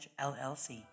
LLC